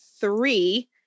three